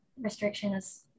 restrictions